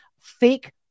fake